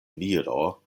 viro